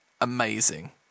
amazing